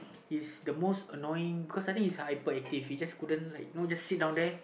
he's the most annoying cause I think he's hyper active he just couldn't like you know sit down there